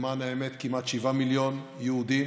למען האמת כמעט 7 מיליון יהודים,